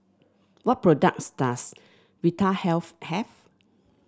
what products does Vitahealth have